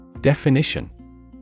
Definition